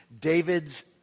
David's